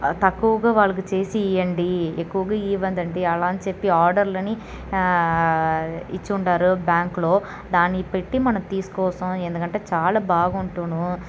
తక్కువుగా వాళ్లకు చేసి ఇయ్యండి ఎక్కువగా ఇవ్వదండి అలా అని చెప్పి ఆర్డర్లని ఇచ్చివుండారు బ్యాంక్లో దాన్ని పెట్టి మనం తీసుకోసం ఎందుకంటే చాలా బాగుండును